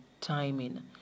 timing